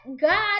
God